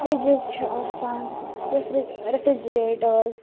fridges چھِ آسان refrigerators